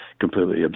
completely